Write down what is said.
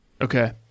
Okay